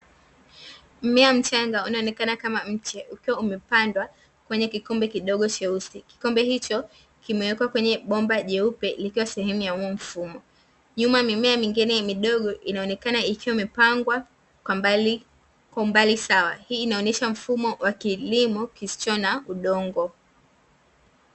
Mmea mchanga unaoonekana kama mche ukiwa umepandwa kwenye kikombe kidogo cheusi kikombe hicho kimewekwa kwenye bomba jeupe ikwa sehemu ya huo mfumo. Nyuma mimea mingine midogo inaonekana ikwa imepangwa kwa mbali kwa umbali sawa hii inaonyesha mfumo wa kilimo kisicho na udongo.